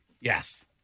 Yes